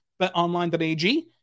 betonline.ag